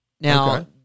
Now